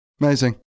Amazing